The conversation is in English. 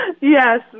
Yes